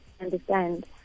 Understand